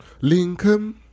Lincoln